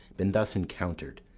been thus encounter'd.